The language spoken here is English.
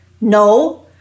No